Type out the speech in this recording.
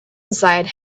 inside